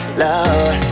love